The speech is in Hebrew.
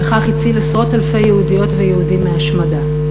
וכך הציל עשרות אלפי יהודיות ויהודים מהשמדה.